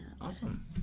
Awesome